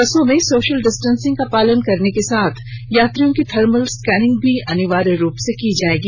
बसों में social distancing का पालन करने के साथ यात्रियों की थर्मल स्कैनिंग भी अनिवार्य रूप से की जाएगी